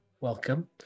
welcome